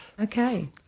Okay